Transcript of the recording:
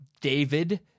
David